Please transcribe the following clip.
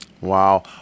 Wow